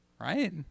Right